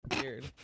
Weird